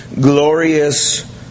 glorious